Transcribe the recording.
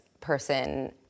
person